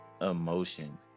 emotion